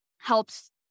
helps